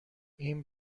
این